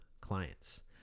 clients